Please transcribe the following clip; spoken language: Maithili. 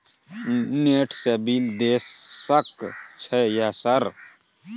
नेट से बिल देश सक छै यह सर?